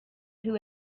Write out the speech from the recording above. who